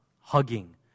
hugging